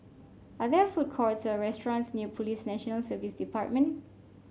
are there food courts or restaurants near Police National Service Department